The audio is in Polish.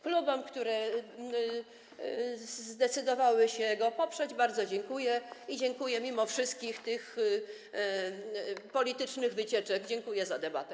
Klubom, które zdecydowały się go poprzeć, bardzo dziękuję i dziękuję mimo wszystkich tych politycznych wycieczek za debatę.